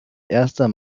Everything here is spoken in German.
erster